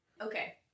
okay